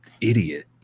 idiot